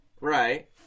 Right